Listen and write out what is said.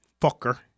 Fucker